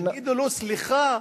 יגידו לו: סליחה,